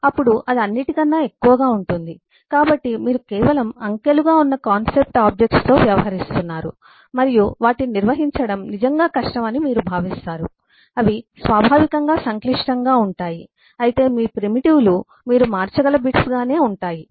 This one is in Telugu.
అప్పుడు అది అన్నింటికన్నా ఎక్కువగా ఉంటుంది కాబట్టి మీరు కేవలం అంకెలుగా ఉన్న కాన్సెప్ట్ ఆబ్జెక్ట్స్తో వ్యవహరిస్తున్నారు మరియు వాటిని నిర్వహించడం నిజంగా కష్టమని మీరు భావిస్తారు అవి స్వాభావికంగా సంక్లిష్టంగా ఉంటాయి అయితే మీ ప్రిమిటివ్ లు మీరు మార్చగల బిట్స్ గానే ఉంటాయి